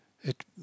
It